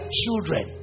children